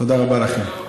תודה רבה לכם.